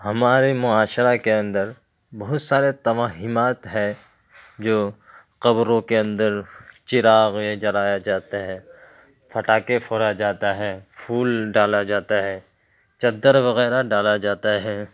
ہمارے معاشرہ کے اندر بہت سارے توہمات ہے جو قبروں کے اندر چراغیں جلایا جاتا ہے پٹاخے پھوڑا جاتا ہے پھول ڈالا جاتا ہے چادر وغیرہ ڈالا جاتا ہے